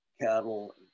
cattle